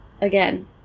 Again